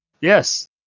Yes